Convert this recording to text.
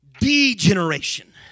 degeneration